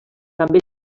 també